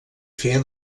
feia